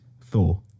thor